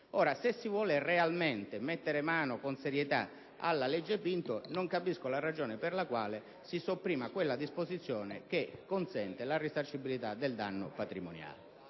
Se vi vuole realmente mettere mano con serietà alla legge Pinto, io non comprendo la ragione per la quale si vuole sopprimere la disposizione che consente la risarcibilità del danno non patrimoniale.